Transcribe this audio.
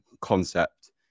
concept